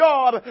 God